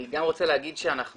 אני רוצה גם להגיד שאנחנו